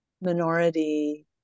minority